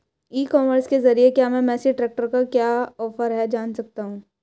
ई commerce के ज़रिए क्या मैं मेसी ट्रैक्टर का क्या ऑफर है जान सकता हूँ?